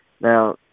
Now